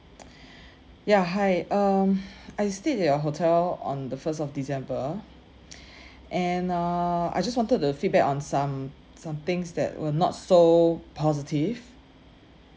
ya hi um I stayed at your hotel on the first of december and err I just wanted to feedback on some some things that were not so positive